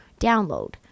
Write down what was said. Download